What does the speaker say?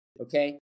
Okay